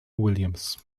williams